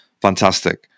Fantastic